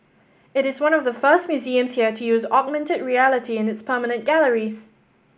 it is one of the first museums here to use augmented reality in its permanent galleries